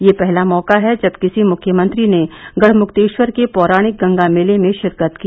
यह पहला मौका है जब किसी मुख्यमंत्री ने गढ़मुक्तेश्वर के पौराणिक गंगा मेले में शिरकत की